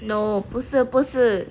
no 不是不是